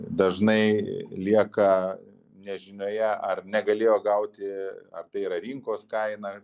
dažnai lieka nežinioje ar negalėjo gauti ar tai yra rinkos kaina